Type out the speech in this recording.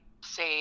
say